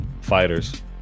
Fighters